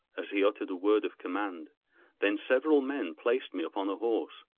as he uttered a word of command then several men placed me upon a horse.